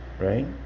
right